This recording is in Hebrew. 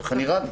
כך נראה לי.